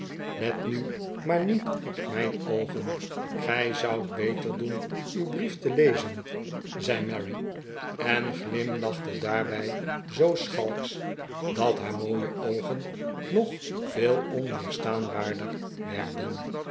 let nu maar niet op mijn oogen gij zoudt beter doen uw brief te lezen zei mary en glimlachte daarbij zoo schalks dat haar mooie oogen nog veel onweerstaanbaarder werden